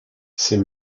ces